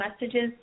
messages